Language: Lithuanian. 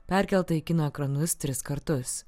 perkelta į kino ekranus tris kartus